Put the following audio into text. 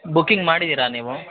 booking ಮಾಡಿದ್ದೀರ ನೀವು